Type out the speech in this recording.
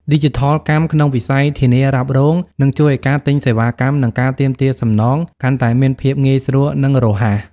ឌីជីថលកម្មក្នុងវិស័យធានារ៉ាប់រង នឹងជួយឱ្យការទិញសេវាកម្ម និងការទាមទារសំណងកាន់តែមានភាពងាយស្រួល និងរហ័ស។